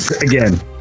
Again